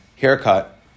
haircut